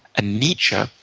and nietzsche.